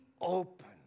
open